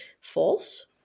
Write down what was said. false